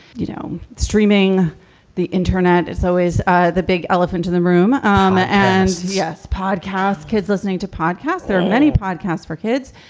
you know, streaming the internet, it's always ah the big elephant in the room. um and yes, podcast, kids listening to podcast. there are many podcasts for kids,